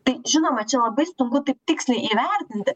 tai žinoma čia labai sunku taip tiksliai įvertinti